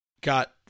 Got